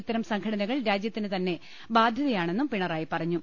ഇത്തരം സംഘടനകൾ രാജ്യത്തിന് തന്നെ ബാധൃതയാണെന്നും പിണറായി പറഞ്ഞു